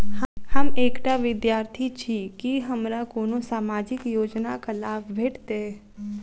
हम एकटा विद्यार्थी छी, की हमरा कोनो सामाजिक योजनाक लाभ भेटतय?